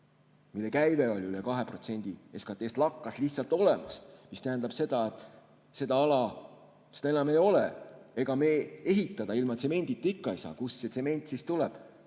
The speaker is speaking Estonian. mille käive oli üle 2% SKT‑st, lakkas lihtsalt olemast, mis tähendab seda, et seda ala enam ei ole. Ega me ehitada ilma tsemendita ikka ei saa. Kust see tsement siis tuleb?